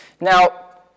Now